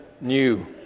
new